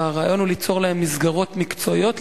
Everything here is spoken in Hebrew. והרעיון הוא ליצור להם מסגרות מקצועיות,